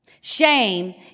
Shame